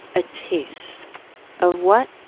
a taste of what